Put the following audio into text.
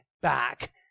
back